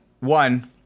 One